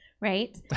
Right